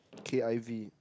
K_I_V